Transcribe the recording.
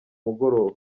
mugoroba